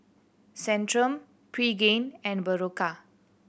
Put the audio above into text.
Centrum Pregain and Berocca